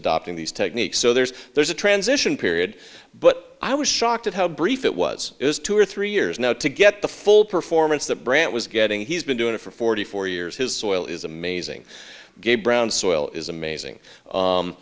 adopting these techniques so there's there's a transition period but i was shocked at how brief it was two or three years now to get the full performance that brant was getting he's been doing it for forty four years his soil is amazing game brown soil is amazing